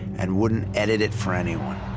and wouldn't edit it for anyone.